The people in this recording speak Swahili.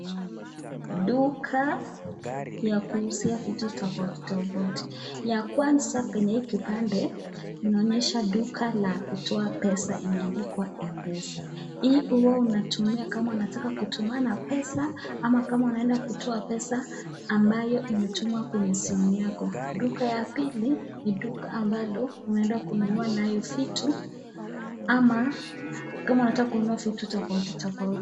Duka ya kuuzia vitu tofauti tofauti ya kwanza kwenye hii kibanda inaonyesha duka la kutoa pesa limeandikwa mpesa. Hii Huwa unatumia kama unataka tumana pesa ama kama unaenda kutoa pesa ambayo imetumwa kwa simu yako, Duka ya pili ni duka ambalo unaenda kununua nalo vitu ama kama unataka kununua vitu tofauti tofauti